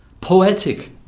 poetic